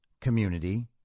community